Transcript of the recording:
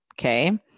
Okay